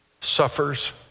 suffers